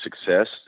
success